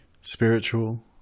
...spiritual